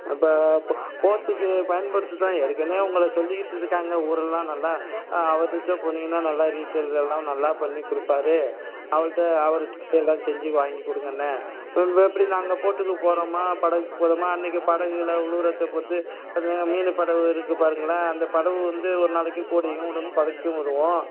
நம்ப போ போட்டுக்கு பயன்படுத்த தான் ஏற்கனவே உங்களை சொல்லிக்கிட்டு இருக்காங்க ஊரெல்லாம் நல்லா அவர்க்கிட்ட போனிங்கன்னால் நல்லா ரீட்டைல்கள்லாம் நல்லா பண்ணிக் கொடுப்பாரு அவர்கிட்ட அவருக்கிட்ட போய் எல்லாம் செஞ்சு வாங்கிக் கொடுங்கண்ண திரும்ப எப்படி நாங்கள் போட்டுக்கு போகிறோமா படகுக்கு போகிறோமா அன்றைக்கு படகில் விலுவுறத்த போட்டு அந்த மீன் படகு இருக்குது பாருங்களேன் அந்த படகு வந்து ஒரு நாளைக்கு கூடயும் விடும் குறச்சும் விடும்